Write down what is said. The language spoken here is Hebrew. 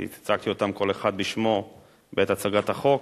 שהצגתי כל אחד מהם בשמו בעת הצגת החוק,